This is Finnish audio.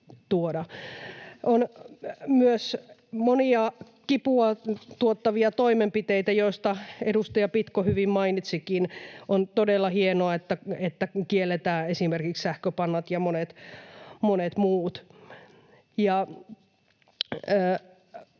On myös monia kipua tuottavia toimenpiteitä, joista edustaja Pitko hyvin mainitsikin. On todella hienoa, että kielletään esimerkiksi sähköpannat ja monet muut.